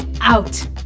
out